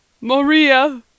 Maria